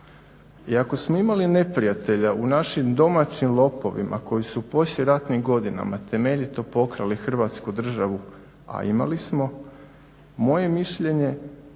i ako smo imali neprijatelja u našim domaćim lopovima koji su u poslijeratnim godinama temeljito pokrali Hrvatsku državu, a imali smo, moje je mišljenje